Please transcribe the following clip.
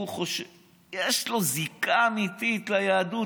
יש לו זיקה אמיתית ליהדות.